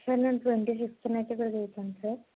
sir నేను twenty ఫిఫ్త్న ఇక్కడ దిగుతాను